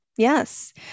Yes